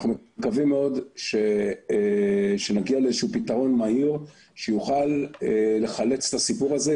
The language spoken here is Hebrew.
אנחנו מקווים מאוד שנגיע לאיזשהו פתרון מהיר שיוכל לחלץ את הסיפור הזה,